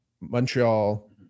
Montreal